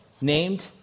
named